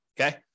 Okay